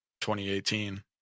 2018